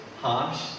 Harsh